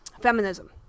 feminism